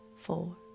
four